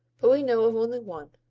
but we know of only one,